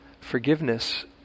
forgiveness